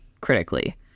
critically